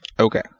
Okay